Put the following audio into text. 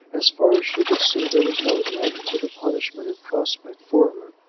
as far as she could see, there was no end to the punishment in prospect for her.